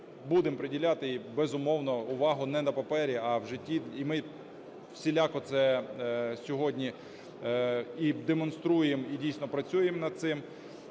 будемо приділяти, безумовно, увагу не на папері, а в житті, і ми всіляко це сьогодні і демонструємо, і дійсно працюємо над цим.